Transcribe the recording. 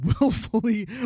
willfully